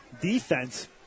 defense